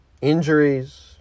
Injuries